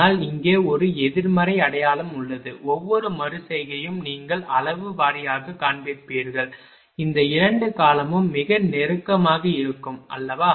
ஆனால் இங்கே ஒரு எதிர்மறை அடையாளம் உள்ளது ஒவ்வொரு மறு செய்கையும் நீங்கள் அளவு வாரியாகக் காண்பீர்கள் இந்த 2 காலமும் மிக நெருக்கமாக இருக்கும் அல்லவா